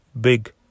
big